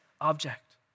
object